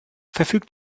verfügt